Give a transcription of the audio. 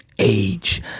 age